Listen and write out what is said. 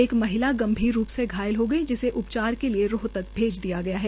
एक महिला गंभीर रूप से घायल हो गई जिसे उपचार के लिए रोहतक भेज दिया गया है